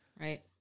right